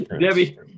debbie